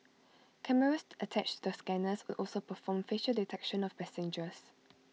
cameras attached to the scanners would also perform facial detection of passengers